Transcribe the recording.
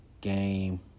game